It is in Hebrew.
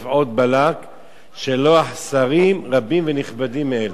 עוד בלק שלוח שרים רבים ונכבדים מאלה.